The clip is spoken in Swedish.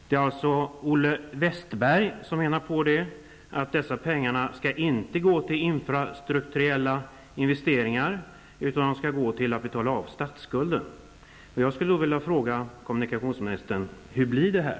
Det är statssekreteraren Olle Wästberg som där som sin mening anför att pengarna inte skall gå till infrastrukturella investeringar utan till att betala av statsskulden. Hur blir det här?